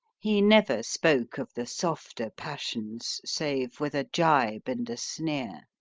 he never spoke of the softer passions, save with a gibe and a sneer.